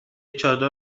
چادر